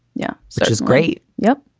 yeah. which is great. yeah.